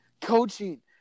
coaching